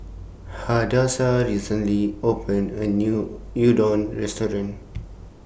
Hadassah recently opened A New Udon Restaurant